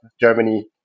Germany